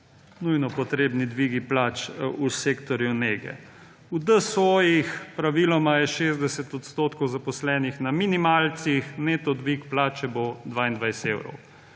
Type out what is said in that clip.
nujno potrebni dvigi plač v sektorju nege. V DSO-jih praviloma je 60 odstotkov zaposlenih na minimalcih, neto dvig plače bo 22 evrov.